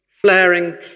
flaring